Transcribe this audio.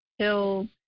till